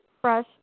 fresh